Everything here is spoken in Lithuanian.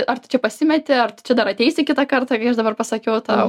ar tu čia pasimeti ar tu čia dar ateisi kitą kartą kai aš dabar pasakiau tau